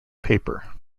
paper